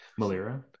Malira